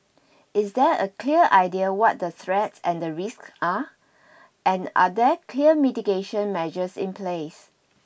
is there a clear idea what the threats and the risks are and are there clear mitigation measures in place